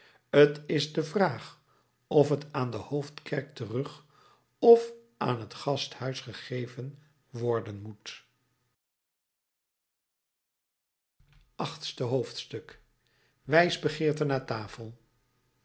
t is de vraag of het aan de hoofdkerk terug of aan t gasthuis gegeven worden moet achtste hoofdstuk wijsbegeerte na tafel